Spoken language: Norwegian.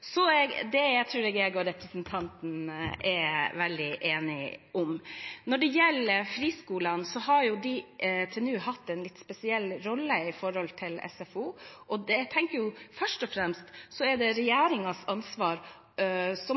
Det tror jeg at jeg og representanten er veldig enige om. Når det gjelder friskolene, har de til nå hatt en litt spesiell rolle når det gjelder SFO. Det er først og fremst den regjeringen som nå